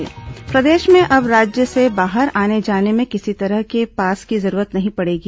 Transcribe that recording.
unlock E pass प्रदेश में अब राज्य से बाहर आने जाने में किसी तरह के पास की जरूरत नहीं पडेगी